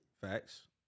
Facts